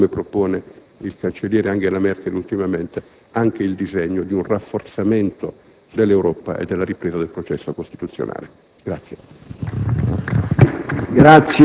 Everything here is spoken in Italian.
a riprendere in mano, come propone ultimamente il cancelliere Angela Merkel, anche il disegno di un rafforzamento dell'Europa e della ripresa del processo costituzionale.